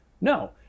no